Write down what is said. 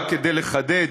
רק כדי לחדד,